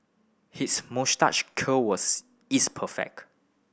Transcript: his moustache curl was is perfect